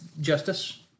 justice